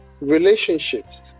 relationships